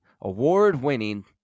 award-winning